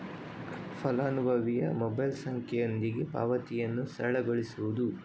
ಫಲಾನುಭವಿಯ ಮೊಬೈಲ್ ಸಂಖ್ಯೆಯೊಂದಿಗೆ ಪಾವತಿಯನ್ನು ಸರಳಗೊಳಿಸುವುದು